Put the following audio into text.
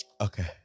Okay